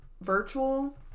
virtual